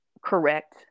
correct